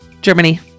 Germany